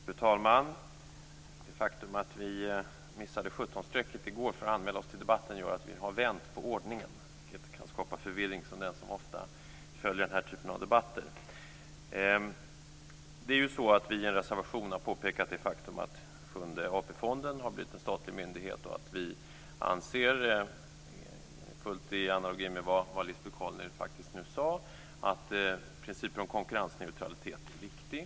Fru talman! Det faktum att vi missade att anmäla oss till debatten före kl. 17 i går har gjort att debattordningen har blivit den omvända, vilket kan skapa förvirring för den som ofta följer den här typen av debatter. Vi har i en reservation påpekat det faktum att Sjunde AP-fonden har blivit en statlig myndighet och att vi anser, fullt i analogi med vad Lisbet Calner nu faktiskt sade, att principen om konkurrensneutralitet är viktig.